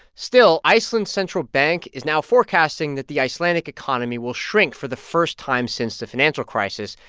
still, iceland's central bank is now forecasting that the icelandic economy will shrink for the first time since the financial crisis,